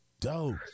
dope